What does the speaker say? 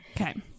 okay